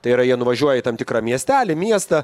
tai yra jie nuvažiuoja į tam tikrą miestelį miestą